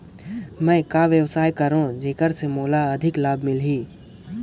मैं कौन व्यापार करो जेकर से मोला अधिक लाभ मिलही?